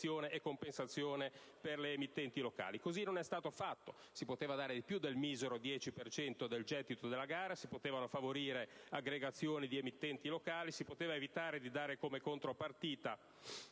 e compensazione per le emittenti locali. Così non è stato fatto. Si poteva dare di più del misero 10 per cento del gettito della gara; si potevano favorire aggregazioni di emittenti locali; si poteva evitare di dare come contropartita